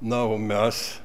na o mes